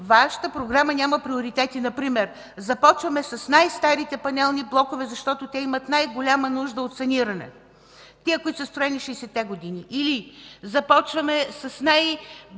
Вашата програма няма приоритети. Например започваме с най-старите панелни блокове, защото те имат най-голяма нужда от саниране – тези, които са строени 60-те години. Или, започваме с най-бедните